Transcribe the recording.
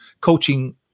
coaching